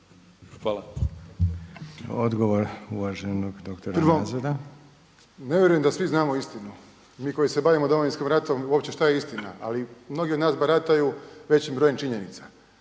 Hvala. Odgovor uvaženog … Nazora. **Nazor, Ante** … Ne vjerujem da svi znamo istinu. Mi koji se bavimo Domovinskim ratom uopće šta je istina, ali mnogi od nas barataju većim brojem činjenica